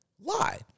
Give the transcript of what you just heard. lie